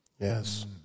Yes